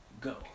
go